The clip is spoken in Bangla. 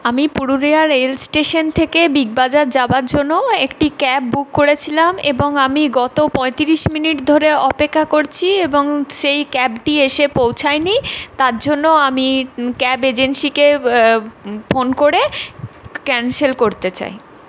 আমি পুরুলিয়া রেল স্টেশন থেকে বিগবাজার যাওয়ার জন্য একটি ক্যাব বুক করেছিলাম এবং আমি গত পঁয়তিরিশ মিনিট ধরে অপেক্ষা করছি এবং সেই ক্যাবটি এসে পৌঁছায়নি তার জন্য আমি ক্যাব এজেন্সিকে ফোন করে ক্যান্সেল করতে চাই